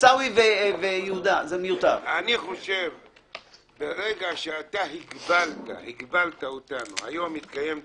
ברגע שהגבלת אותנו היום יתקיים דיון,